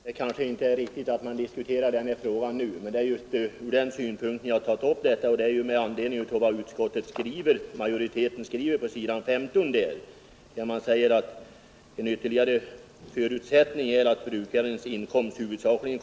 Herr talman! Herr Mossberger sade att det kanske inte är riktigt att nu diskutera utökning av stödet till att avse även nyetableringar och deltidsjordbruk. Men jag tog upp den saken med anledning av vad utskottsmajoriteten skriver på s. 15 i betänkandet: ”En ytterligare förutsättning är att brukarens inkomst huvudsakligen” — observera huvudsakligen!